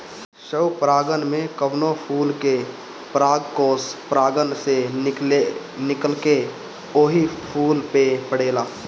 स्वपरागण में कवनो फूल के परागकोष परागण से निकलके ओही फूल पे पड़ेला